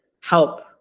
help